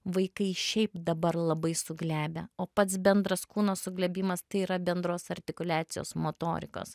vaikai šiaip dabar labai suglebę o pats bendras kūno suglebimas tai yra bendros artikuliacijos motorikos